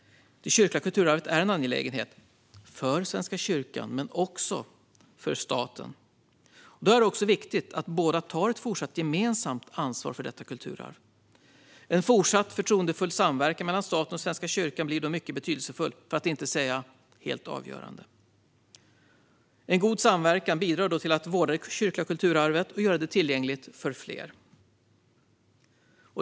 Det kyrkliga kulturarvet är en angelägenhet för både Svenska kyrkan och staten. Det är då viktigt att båda tar ett fortsatt gemensamt ansvar för detta. En fortsatt förtroendefull samverkan mellan staten och Svenska kyrkan blir då mycket betydelsefull, för att inte säga helt avgörande. En god samverkan bidrar till att vårda det kyrkliga kulturarvet och göra det tillgängligt för fler.